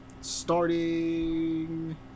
Starting